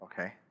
Okay